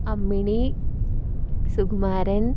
Ammini Sukumaran